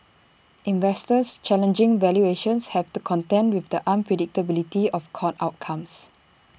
investors challenging valuations have to contend with the unpredictability of court outcomes